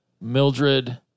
Mildred